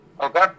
Okay